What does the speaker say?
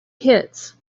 hits